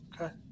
Okay